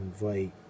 invite